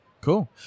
Cool